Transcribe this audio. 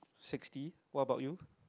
sixty what about you